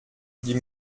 dit